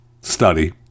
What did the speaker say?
study